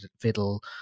fiddle